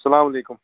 اَسلام علیکُم